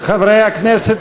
חברי הכנסת,